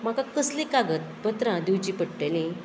म्हाका कसली कागदपत्रां दिवची पडटली